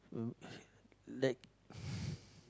um like